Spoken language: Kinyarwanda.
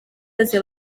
yose